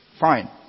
Fine